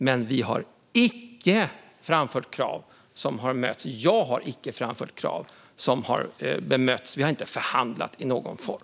Men jag har icke framfört krav som har bemötts. Vi har inte förhandlat i någon form.